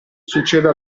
succeda